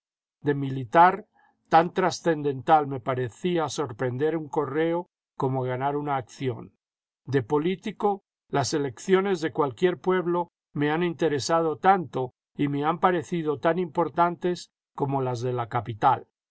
de militar tan trascendental me parecía sorprender un correo como ganar una acción de político las elecciones de cualquier pueblo me han interesado tanto y me han parecido tan importantes como las de la capital